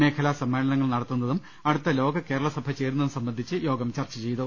മേഖലാ സമ്മേ ളനങ്ങൾ നടത്തുന്നതും അടുത്ത ലോക കേരള സഭ ചേരുന്നതും സംബന്ധിച്ച് യോഗം ചർച്ച ചെയ്തു